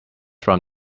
from